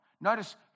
Notice